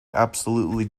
absolutely